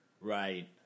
Right